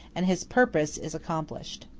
and his purpose is accomplished.